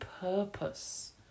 purpose